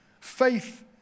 Faith